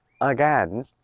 again